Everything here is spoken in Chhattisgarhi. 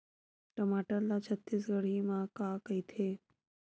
टमाटर ला छत्तीसगढ़ी मा का कइथे?